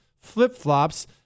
flip-flops